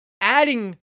adding